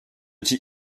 dis